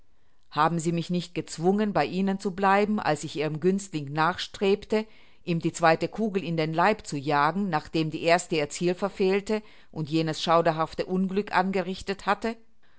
haben sie mich nicht gezwungen bei ihnen zu bleiben als ich ihrem günstling nachstrebte ihm die zweite kugel in den leib zu jagen nachdem die erste ihr ziel verfehlte und jenes schauderhafte unglück angerichtet hatte